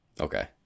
Okay